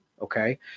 Okay